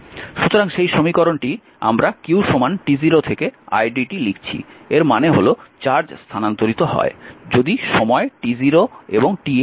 সুতরাং সেই সমীকরণটি আমরা q t 0 থেকে idt লিখছি এর মানে হল চার্জ স্থানান্তরিত হয় যদি সময় t0 এবং t এর মধ্যে থাকে